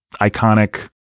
iconic